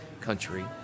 country